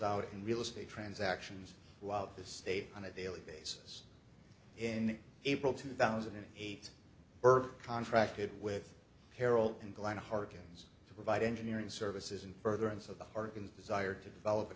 out in real estate transactions while the state on a daily basis in april two thousand and eight burke contracted with harold and glen harkins to provide engineering services in furtherance of the harken desire to develop a